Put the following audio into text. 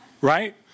Right